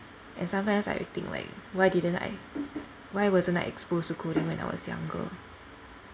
and sometimes I would think like what didn't I why wasn't I exposed to coding when I was younger